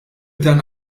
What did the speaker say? dan